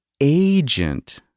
agent